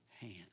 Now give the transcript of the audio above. hand